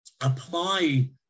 apply